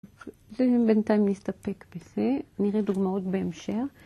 זה בינתיים להסתפק בזה, נראה דוגמאות בהמשך.